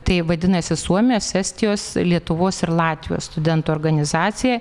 tai vadinasi suomijos estijos lietuvos ir latvijos studentų organizacija